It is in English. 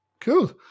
Cool